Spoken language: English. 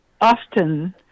often